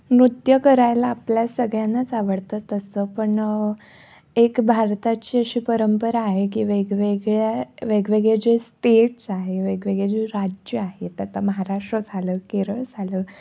नृत्य करायला आपल्या सगळ्यांनाच आवडतं तसं पण एक भारताची अशी परंपरा आहे की वेगवेगळ्या वेगवेगळे जे स्टेट्स आहे वेगवेगळे जे राज्य आहेत आता महाराष्ट्र झालं केरळ झालं